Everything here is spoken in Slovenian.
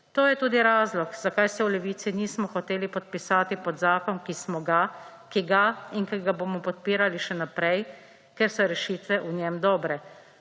To je tudi razlog, zakaj se v Levici nismo hoteli podpisati pod zakon, ki smo ga, ki ga in ki ga bomo podpirali še naprej, ker so rešitve v njem dobre.